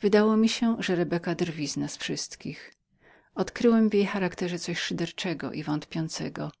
wydało mi się że rebeka drwiła z nas wszystkich odkryłem w jej charakterze coś szyderczego i wątpiącego